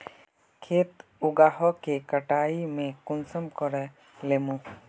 खेत उगोहो के कटाई में कुंसम करे लेमु?